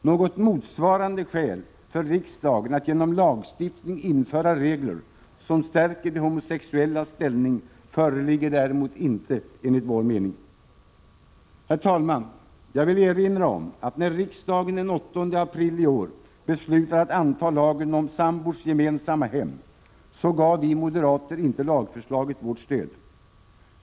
Något motsvarande skäl för riksdagen att genom lagstiftning införa regler som stärker de homosexuellas ställning föreligger däremot inte enligt vår mening. Herr talman! Jag vill erinra om att när riksdagen den 8 april i år beslutade att anta lagen om sambors gemensamma hem, gav vi moderater inte förslaget vårt stöd.